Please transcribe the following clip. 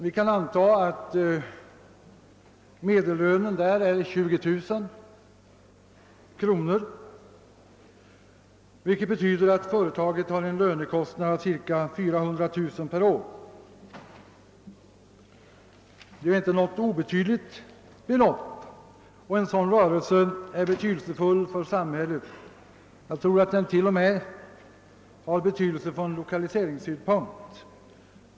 Vi kan anta att medellönen är 20000 kronor, vilket betyder att företaget har en lönekostnad på cirka 400 000 kronor per år. Det är inte något obetydligt belopp, och en sådan rörelse är betydelsefull för samhället — jag tror att den har betydelse till och med från lokaliseringssynpunkt.